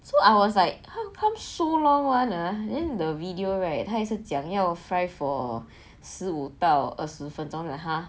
so I was like how come so long [one] ah then the video right 他也是讲要 fry for 十五到二十分钟了 !huh!